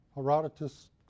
Herodotus